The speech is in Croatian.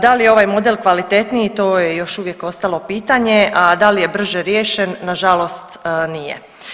Da li je ovaj model kvalitetniji, to je još uvijek ostalo pitanje, a da li je brže riješen, nažalost nije.